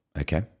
Okay